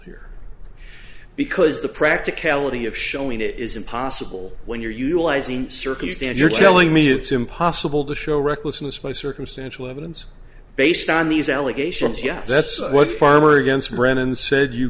here because the practicality of showing it is impossible when you're utilising circumstance you're telling me it's impossible to show recklessness by circumstantial evidence based on these allegations yet that's what farmer against brennan said you